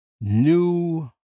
new